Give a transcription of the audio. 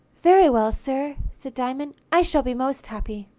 very well, sir said diamond. i shall be most happy.